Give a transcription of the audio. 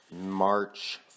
March